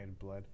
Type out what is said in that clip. blood